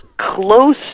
close